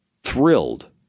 thrilled